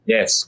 Yes